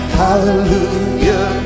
hallelujah